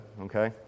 Okay